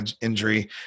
injury